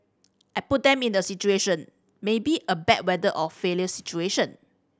I put them in a situation maybe a bad weather or failure situation